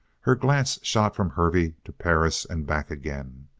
her glance shot from hervey to perris and back again.